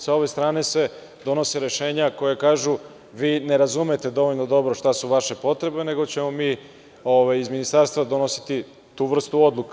Sa ove strane se donose rešenja koja kažu – vi ne razumete dovoljno dobro šta su vaše potrebe, nego ćemo mi iz Ministarstva donositi tu vrstu odluka.